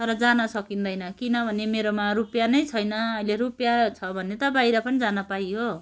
तर जान सकिँदैन किनभने मेरोमा रुपियाँ नै छैन अहिले रुपियाँ छ भने त बाहिर पनि जान पाइयो